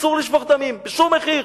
אסור לשפוך דמים, בשום מחיר.